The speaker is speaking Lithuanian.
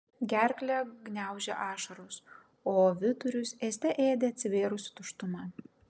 gerklę gniaužė ašaros o vidurius ėste ėdė atsivėrusi tuštuma